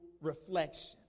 reflection